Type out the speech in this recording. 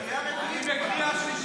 אני בקריאה שלישית.